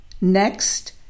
Next